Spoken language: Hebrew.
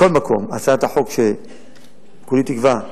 מכל מקום, הצעת החוק, שכולי תקווה,